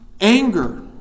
anger